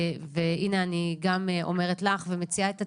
הינה, אני גם אומרת לך ומציעה את עצמי,